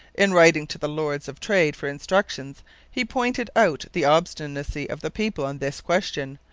in writing to the lords of trade for instructions he pointed out the obstinacy of the people on this question,